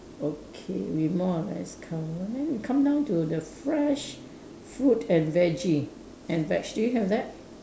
okay we more or less cover then we come down to the fresh fruit and veggie and veg do you have that